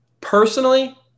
Personally